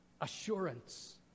assurance